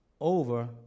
over